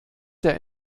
der